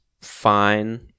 fine